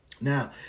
Now